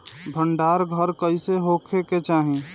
भंडार घर कईसे होखे के चाही?